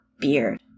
beard